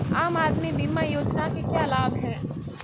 आम आदमी बीमा योजना के क्या लाभ हैं?